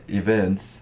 events